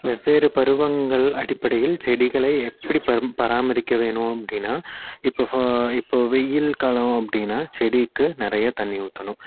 வெவ்வேறு பருவங்கள் அடிப்படையில் செடிகளை எப்படி பரம் பராமரிக்க வேணும் அப்படின்னா இப்போ இப்போ வெயில் காலம் அப்படின்னா செடிக்கு நிறையா தண்ணீர் ஊற்றணும்